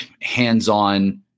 hands-on